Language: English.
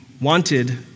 wanted